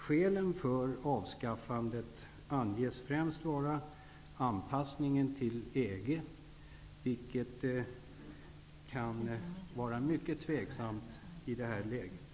Skälet för avskaffandet anges främst vara anpassningen till EG, vilket kan vara mycket tveksamt i det här läget.